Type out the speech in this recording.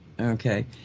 Okay